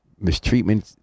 mistreatment